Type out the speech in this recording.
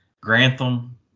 Grantham